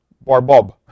Bar-Bob